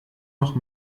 noch